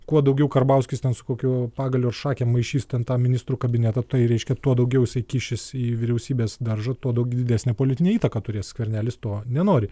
kuo daugiau karbauskis ten su kokiu pagalio šakėm maišys ten tą ministrų kabinetą tai reiškia tuo daugiau jisai kišis į vyriausybės daržą tuo daug didesnę politinę įtaką turės skvernelis to nenori